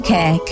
Care